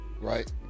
right